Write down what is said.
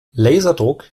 laserdruck